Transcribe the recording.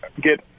get